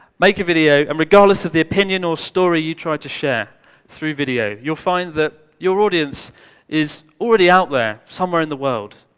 make a video and regardless of the opinion or story you try to share through videos, you'll find that your audience is already out there somewhere in the world,